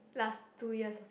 last two years